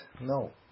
No